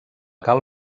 cal